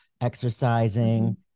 exercising